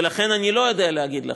ולכן אני לא יודע להגיד לכם,